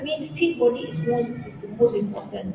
I mean fit body is most is the most important